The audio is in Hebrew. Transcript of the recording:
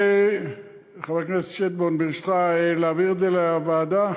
חבר הכנסת שטבון, ברשותך, להעביר את זה לוועדה?